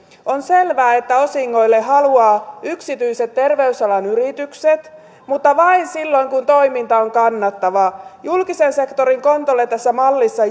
on selvää että osingoille haluavat yksityiset terveysalan yritykset mutta vain silloin kun toiminta on kannattavaa julkisen sektorin kontolle tässä mallissa